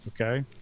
okay